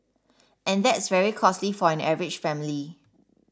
and that's very costly for an average family